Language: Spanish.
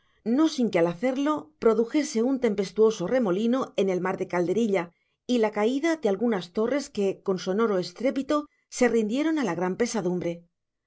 no sin que al hacerlo produjese un tempestuoso remolino en el mar de calderilla y la caída de algunas torres que con sonoro estrépito se rindieron a la gran pesadumbre